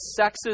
sexist